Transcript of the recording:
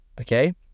Okay